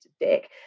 dick